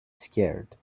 scared